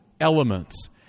elements